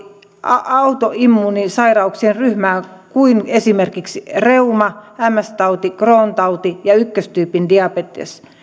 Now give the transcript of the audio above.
autoimmuunisairauksien ryhmään kuin esimerkiksi reuma ms tauti crohnin tauti ja ykköstyypin diabetes